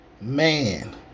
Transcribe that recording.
Man